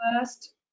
first